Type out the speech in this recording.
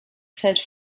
fällt